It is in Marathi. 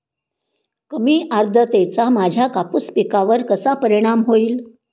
कमी आर्द्रतेचा माझ्या कापूस पिकावर कसा परिणाम होईल?